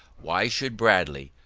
why should bradley,